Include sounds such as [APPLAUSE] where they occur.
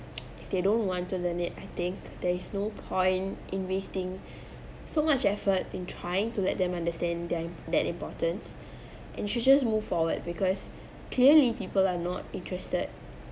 [NOISE] if they don't want to learn it I think there is no point in wasting [BREATH] so much effort in trying to let them understand them that importance and she just move forward because clearly people are not interested